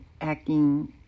acting